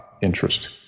interest